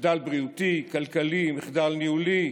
מחדל בריאותי, כלכלי, מחדל ניהולי,